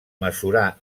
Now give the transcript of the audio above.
mesurar